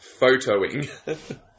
photoing